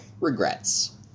Regrets